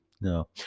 No